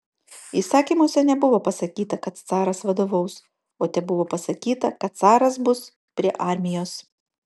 įsakymuose nebuvo pasakyta kad caras vadovaus o tebuvo pasakyta kad caras bus prie armijos